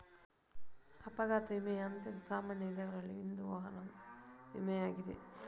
ಅಪಘಾತ ವಿಮೆಯ ಅತ್ಯಂತ ಸಾಮಾನ್ಯ ವಿಧಗಳಲ್ಲಿ ಇಂದು ವಾಹನ ವಿಮೆಯಾಗಿದೆ